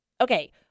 Okay